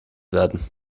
werden